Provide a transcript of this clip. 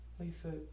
Lisa